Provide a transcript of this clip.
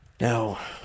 Now